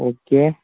okay